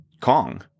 Kong